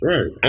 Right